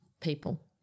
people